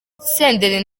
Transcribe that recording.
senderi